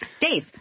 Dave